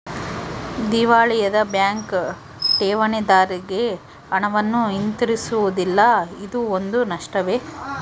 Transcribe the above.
ದಿವಾಳಿಯಾದ ಬ್ಯಾಂಕ್ ಠೇವಣಿದಾರ್ರಿಗೆ ಹಣವನ್ನು ಹಿಂತಿರುಗಿಸುವುದಿಲ್ಲ ಇದೂ ಒಂದು ನಷ್ಟವೇ